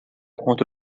contra